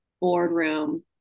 boardroom